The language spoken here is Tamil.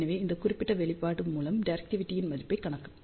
எனவே இந்த குறிப்பிட்ட வெளிப்பாடு மூலம் டிரெக்டிவிடியின் மதிப்பைக் காணலாம்